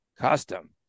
custom